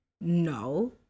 No